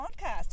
podcast